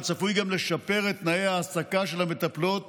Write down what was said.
וצפוי גם לשפר את תנאי ההעסקה של המטפלות